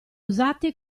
usati